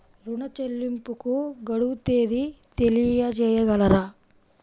ఋణ చెల్లింపుకు గడువు తేదీ తెలియచేయగలరా?